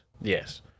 Yes